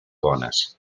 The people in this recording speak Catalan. bones